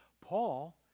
Paul